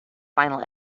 final